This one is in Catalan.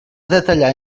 detallar